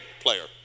player